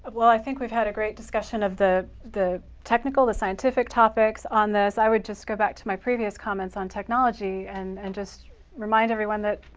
well, i think we've had a great discussion of the the technical, the scientific topics on this. i would just go back to my previous comments on technology and and just remind everyone that